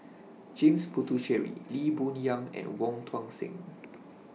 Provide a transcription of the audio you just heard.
James Puthucheary Lee Boon Yang and Wong Tuang Seng